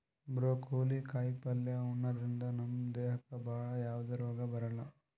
broccoli ಕಾಯಿಪಲ್ಯ ಉಣದ್ರಿಂದ ನಮ್ ದೇಹಕ್ಕ್ ಭಾಳ್ ಯಾವದೇ ರೋಗ್ ಬರಲ್ಲಾ